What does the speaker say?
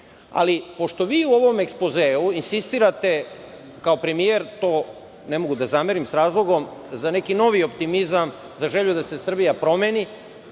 doda. Pošto vi u ovom ekspozeu insistirate, kao premijer, to ne mogu da zamerim, sa razlogom, za neki novi optimizam, za želju da se Srbija promeni,